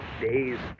day's